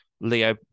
Leo